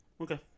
Okay